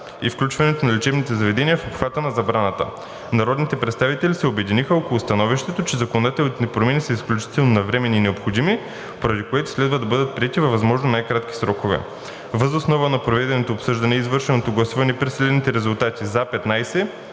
и включването на лечебните заведения в обхвата на забраната. Народните представители се обединиха около становището, че законодателните промени са изключително навременни и необходими, поради което следва да бъдат приети във възможно най-кратки срокове. Въз основа на проведеното обсъждане и извършеното гласуване при следните резултати: „за“ – 15,